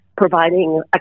providing